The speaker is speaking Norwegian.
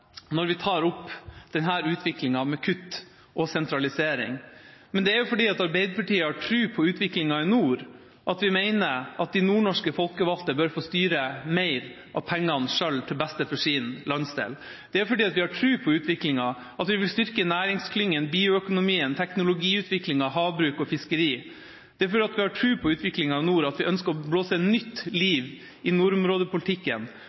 når vi tar opp denne utviklingen med kutt og sentralisering. Men det er fordi Arbeiderpartiet har tro på utviklingen i nord, at vi mener at de nordnorske folkevalgte bør få styre mer av pengene selv til beste for sin landsdel. Det er fordi vi har tro på utviklingen, at vi vil styrke næringsklyngene, bioøkonomien, teknologiutviklingen, havbruk og fiskeri. Det er fordi vi har tro på utviklingen i nord, at vi ønsker å blåse nytt